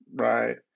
right